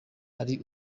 ari